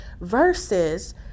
versus